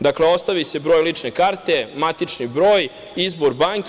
Dakle, ostavi se broj lične karte, matični broj, izbor banke.